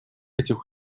этих